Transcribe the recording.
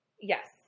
Yes